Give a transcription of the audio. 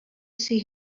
see